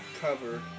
cover